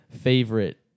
favorite